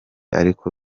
ariko